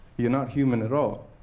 you're not human at all.